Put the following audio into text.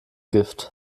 gift